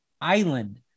Island